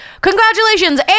congratulations